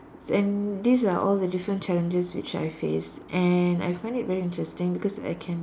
and these are all the different challenges which I face and I find it very interesting because I can